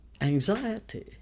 anxiety